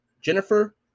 Jennifer